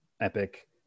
epic